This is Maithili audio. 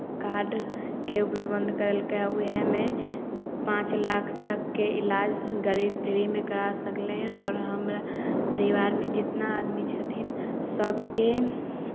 कार्डके उपलब्ध करैलकै उएहमे पाँच लाख तकके इलाज गरीब फ्रीमे करा सकलै हन आओर हमरा परिवारमे जितना आदमी छथिन सभके